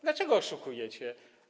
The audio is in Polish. Dlaczego oszukujecie?